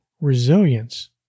resilience